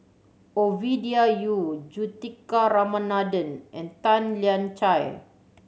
Ovidia Yu Juthika Ramanathan and Tan Lian Chye